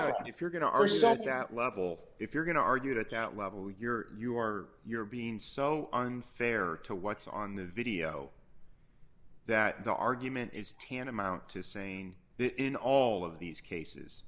if you're going to our result that level if you're going to argue it at that level you're you are you're being so unfair to what's on the video that the argument is tantamount to saying that in all of these cases